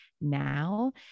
now